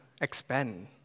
expand